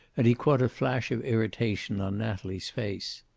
and he caught a flash of irritation on natalie's face.